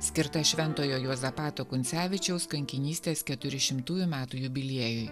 skirta šventojo juozapato kuncevičiaus kankinystės keturi šimtųjų metų jubiliejui